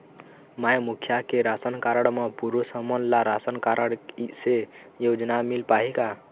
माई मुखिया के ration card म पुरुष हमन ला राशन कारड से योजना मिल पाही का?